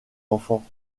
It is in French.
enfants